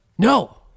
no